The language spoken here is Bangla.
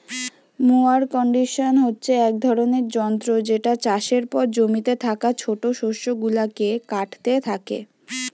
মোয়ার কন্ডিশন হচ্ছে এক রকমের যন্ত্র যেটা চাষের পর জমিতে থাকা ছোট শস্য গুলাকে কাটতে থাকে